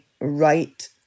right